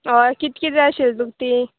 हय कित किद जाय आशिल्ले तुका तीं